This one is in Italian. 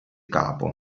capo